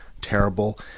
terrible